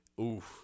Oof